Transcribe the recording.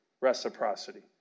reciprocity